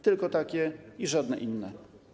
Tylko takie i żadne inne.